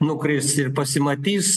nukris ir pasimatys